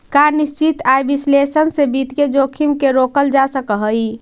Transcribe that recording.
का निश्चित आय विश्लेषण से वित्तीय जोखिम के रोकल जा सकऽ हइ?